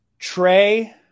Trey